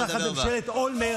תחת ממשלת אולמרט,